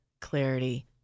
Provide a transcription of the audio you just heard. clarity